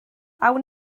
awn